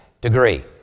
degree